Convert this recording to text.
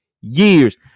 years